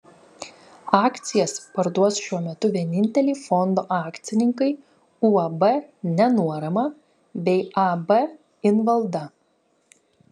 akcijas parduos šiuo metu vieninteliai fondo akcininkai uab nenuorama bei ab invalda